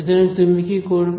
সুতরাং তুমি কি করবে